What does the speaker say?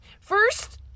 first